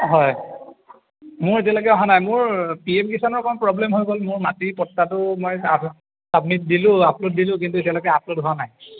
হয় মোৰ এতিয়ালৈকে অহা নাই মোৰ পি এম মিছনৰ অকণ প্ৰব্লেম হৈ গ'ল মোৰ মাটিৰ পত্তাটো মই ছাব ছাবমিট দিলোঁ আপলোড দিলোঁ কিন্তু এতিয়ালৈকে আপলোড হোৱা নাই